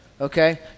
okay